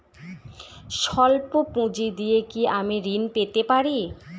সল্প পুঁজি দিয়ে কি আমি ঋণ পেতে পারি?